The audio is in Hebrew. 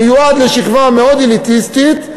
מיועדים לשכבה מאוד אליטיסטית,